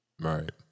Right